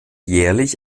jährlich